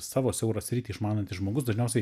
savo siaurą sritį išmanantis žmogus dažniausiai